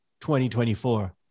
2024